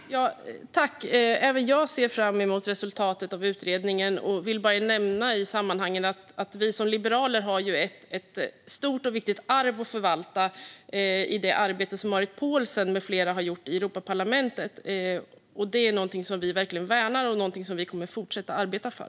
Herr talman! Även jag ser fram emot resultatet av utredningen och vill bara nämna i sammanhanget att vi som liberaler har ett stort och viktigt arv att förvalta i det arbete som Marit Paulsen med flera har gjort i Europaparlamentet. Det är någonting som vi verkligen värnar och som vi kommer att fortsätta att arbeta för.